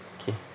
okay